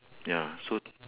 ya so